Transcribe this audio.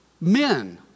men